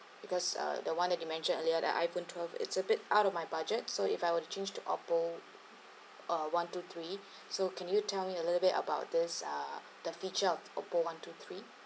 because uh the [one] that you mentioned earlier the iphone twelve is a bit out of my budget so if I were to change to Oppo uh one two three so can you tell me a little bit about this uh the features of Oppo one two three